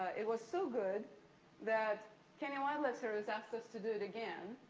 it was so good that kenya wildlife service asked us to do it again,